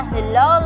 Hello